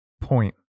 point